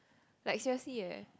like seriously eh